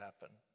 happen